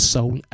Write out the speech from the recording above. Soul